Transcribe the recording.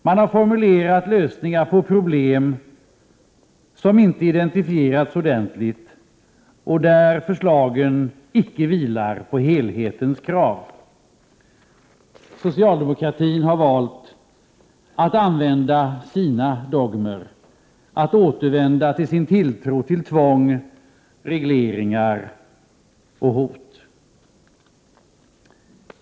Man har formulerat lösningar på problem som inte identifierats ordentligt och där förslagen icke vilar på helhetens krav. Socialdemokratin har valt att använda sina dogmer, att återvända till sin tilltro till tvång, regleringar och hot.